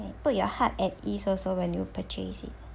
put your heart at ease also when you purchase it